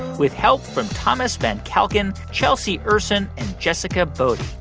with help from thomas van kalken, chelsea ursin and jessica boddy.